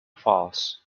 false